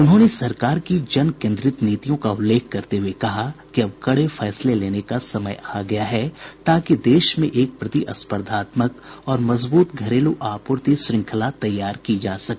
उन्होंने सरकार की जन केन्द्रित नीतियों का उल्लेख करते हुए कहा कि अब कड़े फैसले लेने का समय आ गया है ताकि देश में एक प्रतिस्पर्धात्मक और मजबूत घरेलू आपूर्ति श्रृंखला तैयार की जा सके